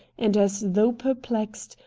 and, as though perplexed,